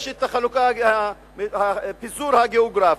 יש פיזור גיאוגרפי,